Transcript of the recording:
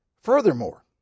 Furthermore